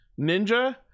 Ninja